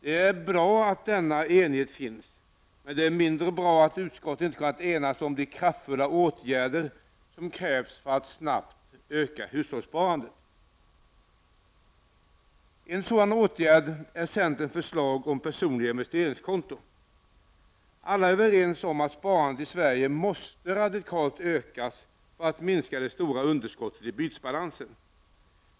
Det är bra att denna enighet finns, men det är mindre bra att utskottet inte har kunnat enas om de kraftfulla åtgärder som krävs för att snabbt öka hushållssparandet. En sådan åtgärd är centerns förslag om personliga investeringskonton. Alla är överens om att sparandet i Sverige måste radikalt ökas för att minska det stora underskottet i bytesbalansen.